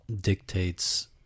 dictates